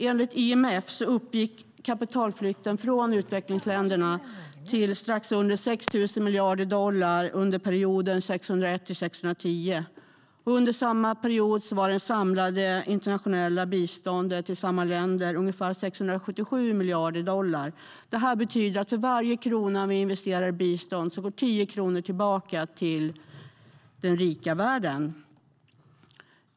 Enligt IMF uppgick kapitalflykten från utvecklingsländerna till strax under 6 000 miljarder dollar under perioden 2001-2010. Under samma period var det samlade internationella biståndet till dessa länder ungefär 677 miljarder dollar. Det betyder att för varje krona investerat i bistånd går 10 kronor tillbaka till den rika världen.